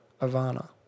Ivana